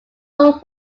owned